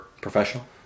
Professional